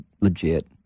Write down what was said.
legit